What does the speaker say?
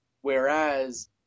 Whereas